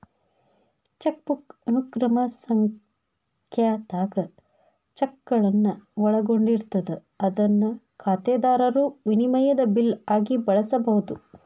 chequebook ಅನುಕ್ರಮ ಸಂಖ್ಯಾದಾಗ ಚೆಕ್ಗಳನ್ನ ಒಳಗೊಂಡಿರ್ತದ ಅದನ್ನ ಖಾತೆದಾರರು ವಿನಿಮಯದ ಬಿಲ್ ಆಗಿ ಬಳಸಬಹುದು